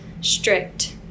strict